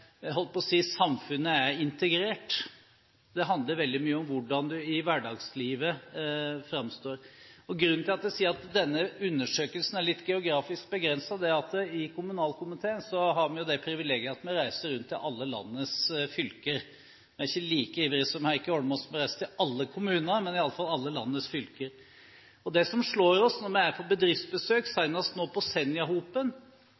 samfunnet er integrert. Det handler veldig mye om hvordan man framstår i hverdagslivet. Grunnen til at jeg sier at denne undersøkelsen er litt geografisk begrenset, er at i kommunalkomiteen har vi jo det privilegiet at vi reiser rundt til alle landets fylker. Vi er ikke like ivrige som Heikki Holmås med å reise til alle kommuner, men iallfall til alle landets fylker. Det som slår oss når vi er på bedriftsbesøk,